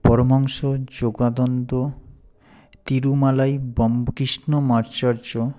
পরমহংস যোগদানদন্দ তিরুমালাই বম কৃষ্ণমাচার্য